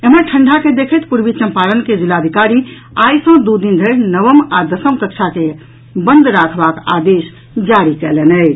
एम्हर ठंढ़ा के देखैत पूर्वी चम्पारण के जिलाधिकारी आई सँ दू दिन धरि नवम आ दसम कक्षा के बंद राखबाक आदेश जारी कयलनि अछि